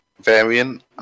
variant